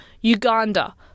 Uganda